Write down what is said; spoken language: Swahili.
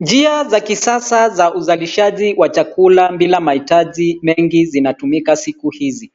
Njia za kisasa za uzalishaji wa chakula bila mahitaji mengi zinatumika siku hizi.